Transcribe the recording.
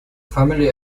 family